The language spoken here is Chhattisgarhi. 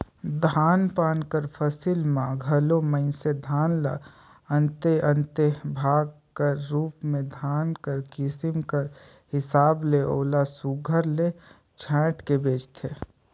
धान पान कर फसिल में घलो मइनसे धान ल अन्ते अन्ते भाग कर रूप में धान कर किसिम कर हिसाब ले ओला सुग्घर ले छांएट के बेंचथें